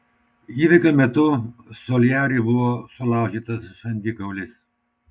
įvykio metu soliariui buvo sulaužytas žandikaulis